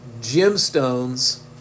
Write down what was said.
gemstones